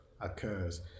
occurs